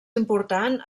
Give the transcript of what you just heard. important